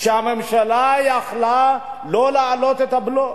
והממשלה יכלה לא להעלות את הבלו.